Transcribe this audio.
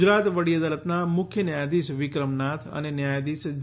ગુજરાત વડી અદાલતના મુખ્ય ન્યાયધીશ વિક્રમ નાથ અને ન્યાયધીશ જે